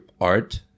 art